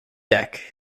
deck